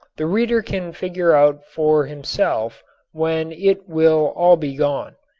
the reader can figure out for himself when it will all be gone.